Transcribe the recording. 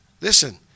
Listen